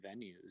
venues